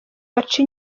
baca